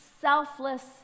selfless